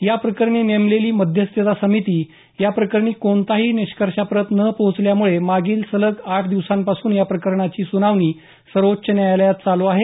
या प्रकरणी नेमलेली मध्यस्थता समिती या प्रकरणी कोणत्याही निष्कर्षापर्यंत न पोहोचल्यामुळे मागील सलग आठ दिवसापासून या प्रकरणाची सुनावणी सर्वोच्च न्यायालयात चालू आहे